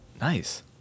Nice